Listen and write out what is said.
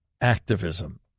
activism